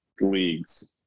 leagues